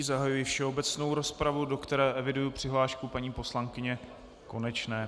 Zahajuji všeobecnou rozpravu, do které eviduji přihlášku paní poslankyně Konečné.